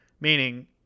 Meaning